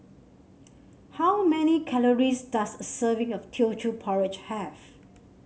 how many calories does a serving of Teochew Porridge have